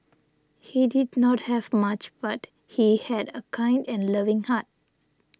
he did not have much but he had a kind and loving heart